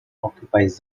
occupies